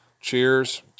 cheers